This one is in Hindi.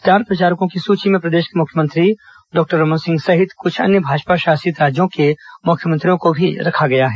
स्टार प्रचारकों की सुची में प्रदेश के मुख्यमंत्री डॉक्टर रमन सिंह सहित कुछ अन्य भाजपा शासित राज्यों के मुख्यमंत्रियों को भी रखा गया है